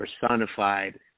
personified